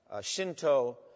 Shinto